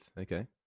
okay